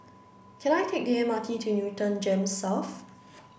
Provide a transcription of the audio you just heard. can I take the M R T to Newton GEMS South